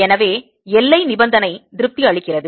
எனவே எல்லை நிபந்தனை திருப்தி அளிக்கிறது